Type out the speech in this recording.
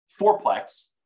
fourplex